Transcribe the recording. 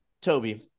Toby